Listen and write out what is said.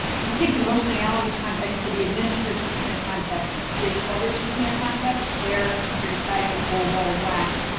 we think the most analogous context to the administer of subpoena contexts is other subpoena contexts. there you're deciding the whole ball of wax,